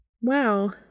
Wow